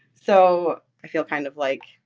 so i feel kind of, like,